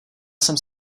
jsem